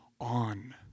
on